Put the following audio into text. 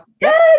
Yes